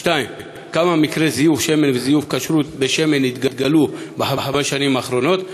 2. כמה מקרי זיוף שמן וזיוף כשרות בשמן התגלו בחמש השנים האחרונות?